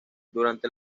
durante